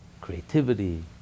creativity